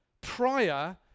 prior